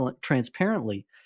transparently